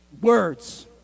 words